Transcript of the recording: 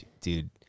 dude